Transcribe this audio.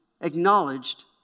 Acknowledged